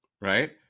right